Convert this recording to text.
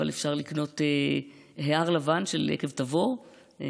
אבל אפשר לקנות הר לבן של יקב תבור,